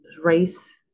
race